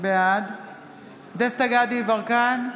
בעד דסטה גדי יברקן,